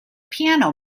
piano